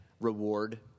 reward